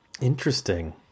Interesting